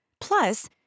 Plus